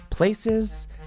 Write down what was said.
Places